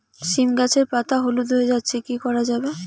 সীম গাছের পাতা হলুদ হয়ে যাচ্ছে কি করা যাবে?